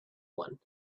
one